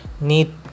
need